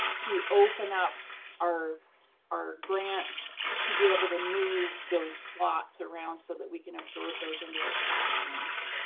to open up our our grant to be able to move those slots around so that we can absorb those into our classrooms.